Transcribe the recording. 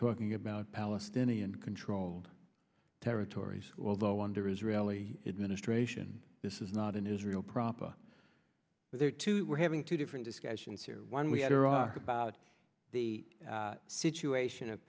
talking about palestinian controlled territories although under israeli administration this is not in israel proper but there are two we're having two different discussions here one we had about the situation of